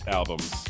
albums